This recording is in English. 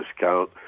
discount